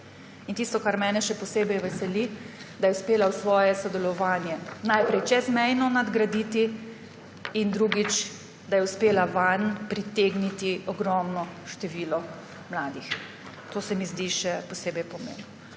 In tisto, kar mene še posebej veseli – da je uspela svoje sodelovanje najprej čezmejno nadgraditi, in drugič, vanj pritegniti ogromno število mladih. To se mi zdi še posebej pomembno.